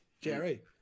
Jerry